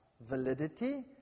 validity